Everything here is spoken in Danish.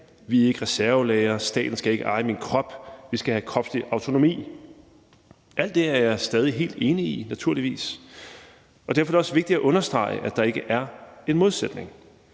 Vi er ikke reservelagre, staten skal ikke eje min krop, og vi skal have kropslig autonomi. Alt det er jeg naturligvis stadig helt enig i, og derfor er det også vigtigt at understrege, at der ikke er en modsætning.